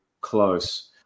close